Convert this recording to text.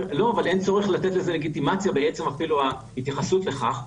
אבל אין צורך לתת לזה לגיטימציה בעצם אפילו ההתייחסות לכך,